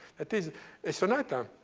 that is a sonata,